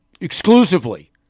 exclusively